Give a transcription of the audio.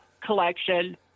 collection